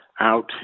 out